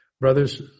Brothers